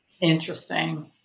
Interesting